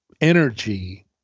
energy